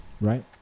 Right